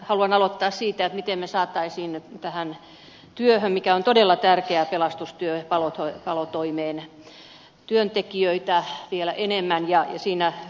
haluan aloittaa puheenvuoroni sillä miten me saisimme tähän työhön joka on todella tärkeää palotoimeen työntekijöitä vielä enemmän ja siinä ed